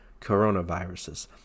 coronaviruses